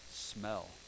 smell